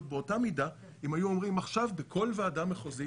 באותה מידה אם היו אומרים עכשיו בכל ועדה מחוזית,